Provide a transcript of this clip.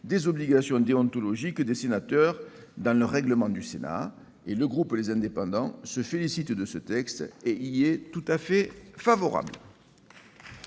des obligations déontologiques des sénateurs inscrites dans le règlement du Sénat. Le groupe Les Indépendants se félicite de ce texte et y est tout à fait favorable.